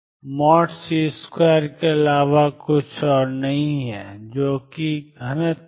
C2 के अलावा और कुछ नहीं है जो कि घनत्व है